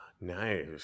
Nice